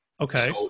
Okay